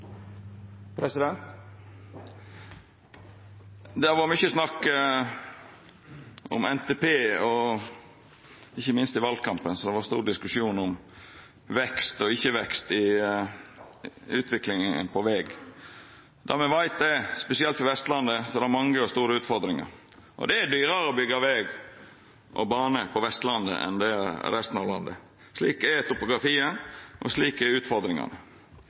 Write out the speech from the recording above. Det har vore mykje snakk om NTP, ikkje minst i valkampen var det stor diskusjon om vekst og ikkje vekst i utviklinga på veg. Det me veit, er at spesielt for Vestlandet er det mange og store utfordringar, og det er dyrare å byggja veg og bane på Vestlandet enn det er i resten av landet. Slik er topografien, og slik er utfordringane.